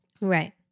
Right